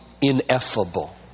ineffable